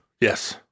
Yes